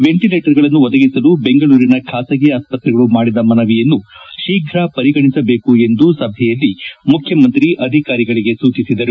ವೆಂಟಲೇಟರ್ಗಳನ್ನು ಒದಗಿಸಲು ಬೆಂಗಳೂರಿನ ಖಾಸಗಿ ಆಸ್ತ್ರೆಗಳು ಮಾಡಿದ ಮನವಿಯನ್ನು ಶೀಘ ಪರಿಗಣಿಸಬೇಕು ಎಂದು ಸಭೆಯಲ್ಲಿ ಮುಖ್ಯಮಂತ್ರಿ ಅಧಿಕಾರಿಗಳಗೆ ಸೂಚಿಸಿದರು